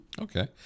okay